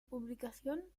publicación